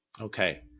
Okay